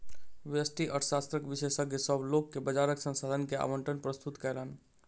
व्यष्टि अर्थशास्त्रक विशेषज्ञ, सभ लोक के बजारक संसाधन के आवंटन प्रस्तुत कयलैन